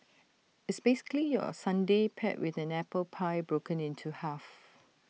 it's basically your sundae paired with an apple pie broken into half